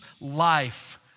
life